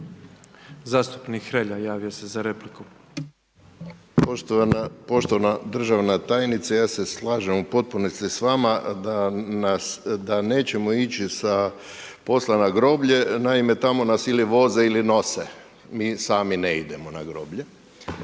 Zastupnik Hrelja javio se za repliku. **Hrelja, Silvano (HSU)** Poštovana državna tajnice, ja se slažem u potpunosti s vama da nećemo ići sa posla na groblje. Naime, tamo nas ili voze ili nose, mi sami ne idemo na groblje.